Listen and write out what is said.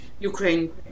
Ukraine